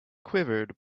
quivered